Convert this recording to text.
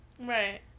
Right